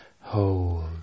Hold